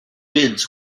bids